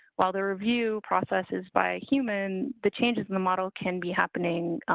while the review process is by a human, the changes in the model can be happening.